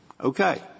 Okay